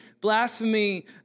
blasphemy